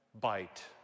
bite